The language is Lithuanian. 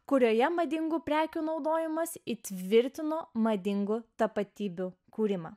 kurioje madingų prekių naudojimas įtvirtino madingu tapatybių kūrimą